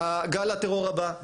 גל הטרור הבא,